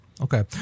Okay